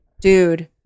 Dude